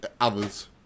others